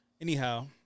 Anyhow